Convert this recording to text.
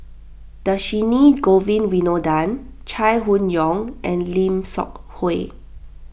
Dhershini Govin Winodan Chai Hon Yoong and Lim Seok Hui